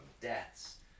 deaths